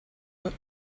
what